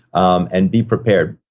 um and be prepared.